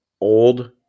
old